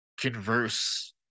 converse